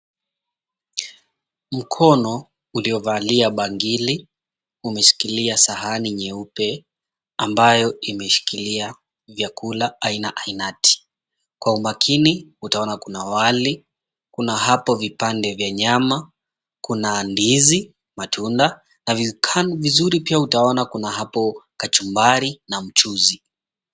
Mkono uliovalia bangili, umeshikilia sahani nyeupe, ambayo imeshikilia vyakula aina ainati. Kwa umakini utaona kuna wali, kuna hapo vipande vya nyama, kuna ndizi, matunda na vizuri kachumbari na mchuzi.